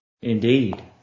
Indeed